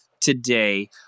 today